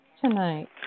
tonight